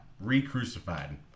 re-crucified